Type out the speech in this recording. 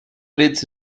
its